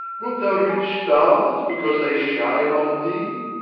wilt thou reach stars because they shine on thee?